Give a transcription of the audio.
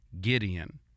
Gideon